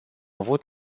avut